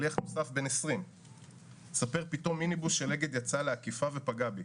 שליח נוסף בן 20 מספר: פתאום מיניבוס של אגד יצא לעקיפה ופגע בי.